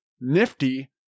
Nifty